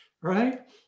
right